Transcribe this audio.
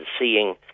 seeing